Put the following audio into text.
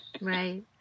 Right